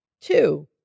Two